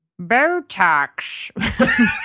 Botox